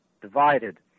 divided